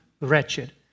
wretched